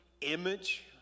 image